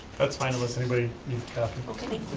that's fine, unless anybody needs